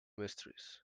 mysteries